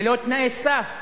ללא תנאי סף